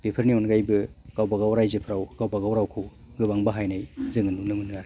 बेफोरनि अनगायैबो गावबागाव राज्योफ्राव गावबागाव रावखौ गोबां बाहायनाय जों नुनो मोनो आरोखि